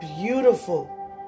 beautiful